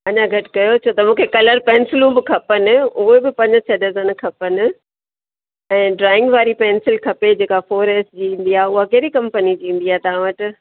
अञा घटि कयो छो त मूंखे कलर पेंसिलूं बि खपनि उहे बि पंज छह डज़न खपनि ऐं ड्रॉइंग वारी पेंसिल खपे जेका फ़ॉरेस्ट जी ईंदी आहे उहा कहिड़ी कंपनी जी ईंदी आहे तव्हां वटि